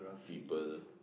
people